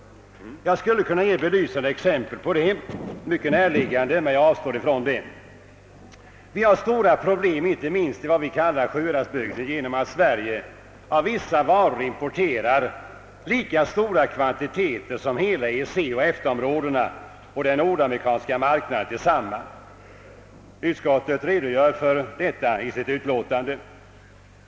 Jag skulle kunna ge mycket näraliggande, belysande exempel härpå, men jag avstår därifrån. Vi har stora problem inte minst i vad vi kallar Sjuhäradsbygden genom att Sverige av vissa varor importerar lika stora kvantiteter som hela EEC och EFTA-områdena samt den nordamerikanska marknaden tillsammans. Utskottet redogör härför i sitt utlåtande.